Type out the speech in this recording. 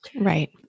Right